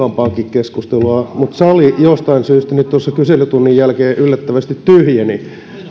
keskustelua mutta sali jostain syystä nyt kyselytunnin jälkeen yllättävästi tyhjeni